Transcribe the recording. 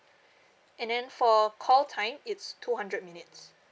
and then for call time it's two hundred minutes